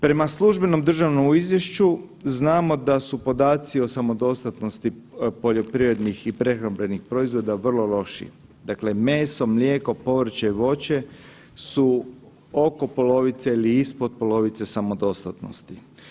Prema službenom državnom izvješću znamo da su podaci o samodostatnosti poljoprivrednih i prehrambenih proizvoda vrlo loši, dakle meso, mlijeko, povrće i voće su oko polovice ili ispod polovice samodostatnosti.